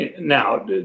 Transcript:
Now